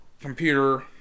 computer